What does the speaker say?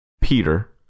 Peter